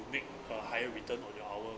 you make a higher return on your hour